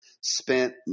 spent